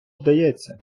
вдається